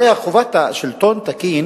הרי חובת שלטון תקין